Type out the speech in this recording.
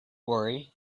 worry